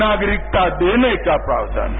नागरिकता देने का प्रावधान है